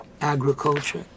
agriculture